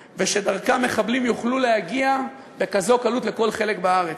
ושדרכם יוכלו מחבלים להגיע בכזאת קלות לכל חלק בארץ.